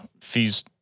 Fee's